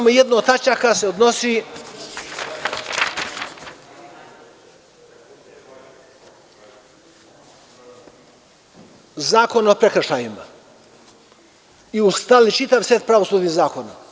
Jedna od tačaka se odnosi na Zakon o prekršajima i uz taj čitav set pravosudnih zakona.